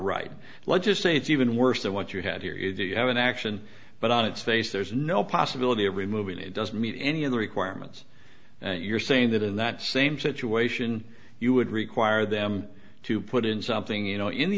right let's just say it's even worse than what you had here you do you have an action but on its face there's no possibility of removing it doesn't meet any of the requirements you're saying that in that same situation you would require them to put in something you know in the